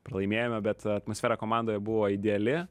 pralaimėjome bet atmosfera komandoje buvo ideali